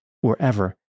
wherever